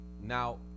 Now